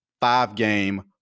five-game